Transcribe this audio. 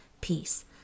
peace